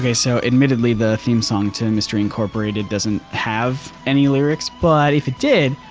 yeah so admittedly, the theme song to mystery incorporated doesn't have any lyrics but if it did,